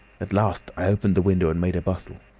at last i opened the window and made a bustle.